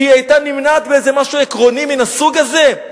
שהיא היתה נמנעת באיזה משהו עקרוני מן הסוג הזה?